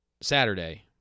Saturday